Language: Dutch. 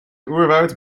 oerwoud